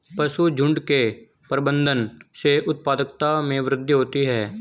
पशुझुण्ड के प्रबंधन से उत्पादकता में वृद्धि होती है